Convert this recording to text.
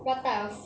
what type of